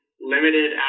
limited